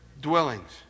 dwellings